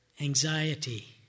anxiety